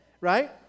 right